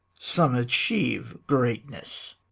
some achieve greatness